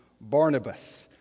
Barnabas